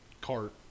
cart